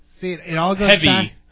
heavy